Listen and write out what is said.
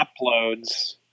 uploads